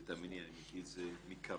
ותאמיני, אני מכיר את זה מקרוב,